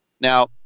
Now